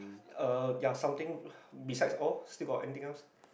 uh ya something besides all still got anything else